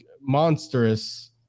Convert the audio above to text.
monstrous